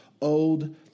old